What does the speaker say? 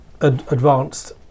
advanced